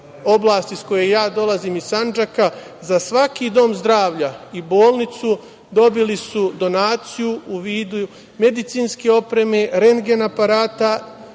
oblasti iz koje ja dolazim iz Sandžaka, za svaki dom zdravlja i bolnicu dobili su donaciju u vidu medicinske opreme, rendgen aparata,